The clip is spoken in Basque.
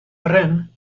arren